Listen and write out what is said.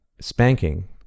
Spanking